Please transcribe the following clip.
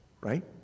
right